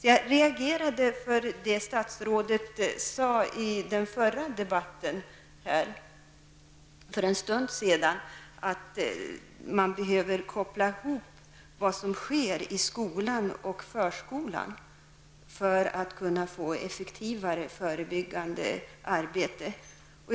Jag reagerade på vad statsrådet sade i den förra debatten här för en stund sedan, nämligen att det som sker i skolan och förskolan behöver kopplas ihop för att det skall bli ett effektivare förebyggande arbete.